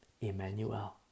Emmanuel